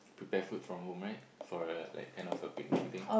prepare food from home right for a kinda like a picnic thing